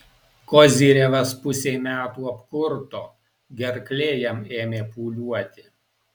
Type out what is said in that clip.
kozyrevas pusei metų apkurto gerklė jam ėmė pūliuoti